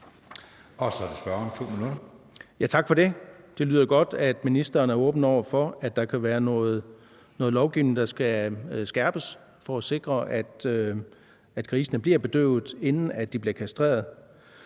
Kl. 15:51 Søren Egge Rasmussen (EL): Tak for det. Det lyder godt, at ministeren er åben over for, at der kan være noget lovgivning, der skal skærpes, for at sikre, at grisene bliver bedøvet, inden de bliver kastreret.